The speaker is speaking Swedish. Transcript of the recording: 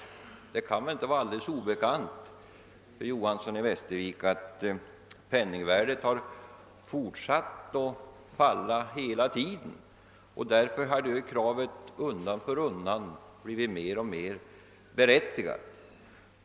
Men det kan väl inte vara alldeles obekant för herr Johanson i Västervik att penningvärdet har fortsatt att falla hela tiden och att kravet på en uppräkning därför undan för undan blivit mer och mer berättigat.